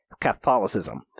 Catholicism